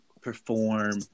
perform